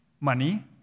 money